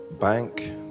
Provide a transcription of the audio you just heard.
bank